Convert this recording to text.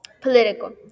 Political